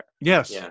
Yes